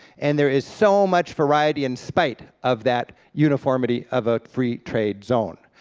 and there is so much variety in spite of that uniformity of a free trade zone.